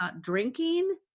drinking